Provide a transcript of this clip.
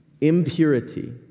impurity